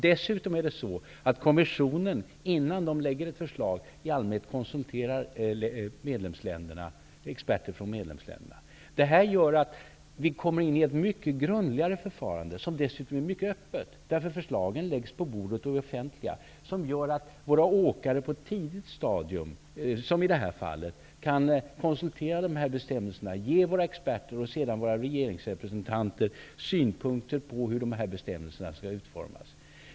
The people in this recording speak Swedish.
Dessutom konsulterar kommissionen i allmänhet experter från medlemsländerna innan den lägger fram ett förslag. Detta gör att vi kommer in i ett mycket grundligare förfarande, som dessutom är mycket öppet, eftersom förslagen läggs på bordet och är offentliga. Detta gör att våra åkare på ett tidigt stadium, som i detta fall, kan konsultera dessa bestämmelser och ge våra experter och sedan våra regeringsrepresentanter synpunkter på hur dessa bestämmelser skall utformas.